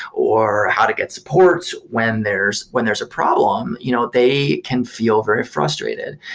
or how to get support when there's when there's a problem, you know they can feel very frustrated.